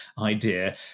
idea